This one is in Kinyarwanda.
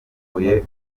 umuceri